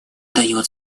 дает